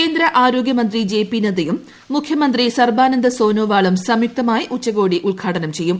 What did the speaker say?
കേന്ദ്രആരോഗൃമന്ത്രി J P നദ്ദയും മുഖ്യമന്ത്രി സർബാനന്ദ് സോനോവാളും സംയുക്തമായി ഉച്ചകോടി ഉദ്ഘാടനം ചെയ്യും